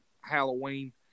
Halloween